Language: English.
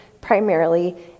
primarily